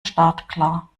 startklar